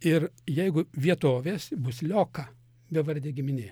ir jeigu vietovės bus lioka bevardė giminė